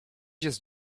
jest